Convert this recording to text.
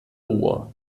ruhr